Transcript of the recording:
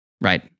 Right